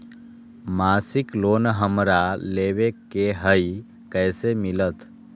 मासिक लोन हमरा लेवे के हई कैसे मिलत?